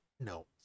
no